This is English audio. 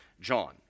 John